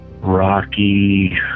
Rocky